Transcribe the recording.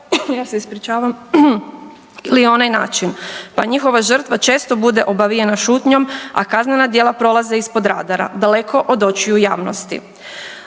pa njihova žrtva često bude obavijena šutnjom, a kaznena djela prolaze ispod radara daleko od očiju javnosti.